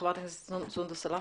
חברת הכנסת סונדוס סאלח.